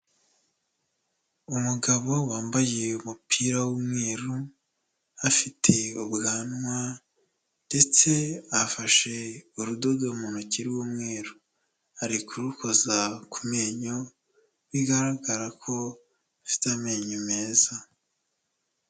Umugabo wambaye umupira w'umweru afite ubwanwa ndetse afashe urudodo mu ntoki rw'umweru, ari kurukoza ku menyo bigaragara ko afite amenyo meza.